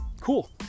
Cool